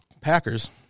Packers